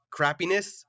crappiness